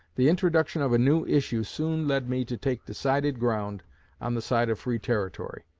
the introduction of a new issue soon led me to take decided ground on the side of free territory.